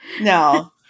No